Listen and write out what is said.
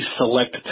select